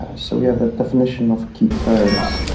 ah so we have a definition of key terms.